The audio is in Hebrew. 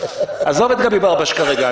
עזוב את גבי ברבש כרגע.